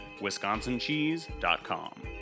wisconsincheese.com